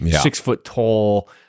six-foot-tall